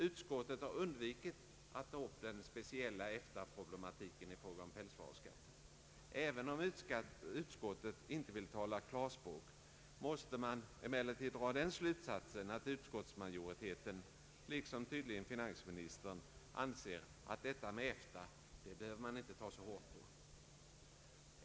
Utskottet har undvikit att ta upp den speciella EFTA-problematiken i fråga om pälsvaruskatten. även om utskottet inte vill tala klarspråk måste man dra den slutsatsen att utskottsmajoriteten — liksom tydligen finansministern — anser att detta med EFTA, det behöver man inte ta så hårt på.